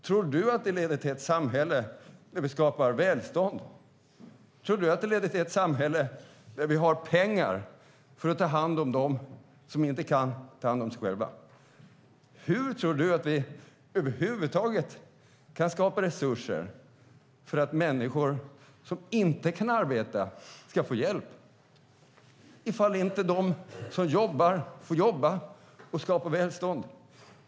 Tror du att det leder till ett samhälle där vi skapar välstånd? Tror du att det leder till ett samhälle där vi har pengar att ta hand om dem som inte kan ta hand om sig själva? Hur tror du att vi över huvud taget ska kunna skapa resurser för att människor som inte kan arbeta ska få hjälp om inte de som jobbar får jobba och skapa välstånd?